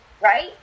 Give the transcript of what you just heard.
Right